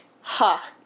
ha